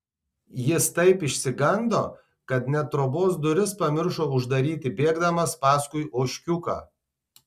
jis taip išsigando kad net trobos duris pamiršo uždaryti bėgdamas paskui ožkiuką